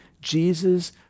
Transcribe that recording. Jesus